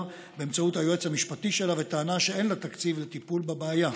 באמצעות היועץ המשפטי שלה בטענה שאין לה תקציב לטיפול בבעיה.